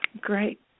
great